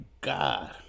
God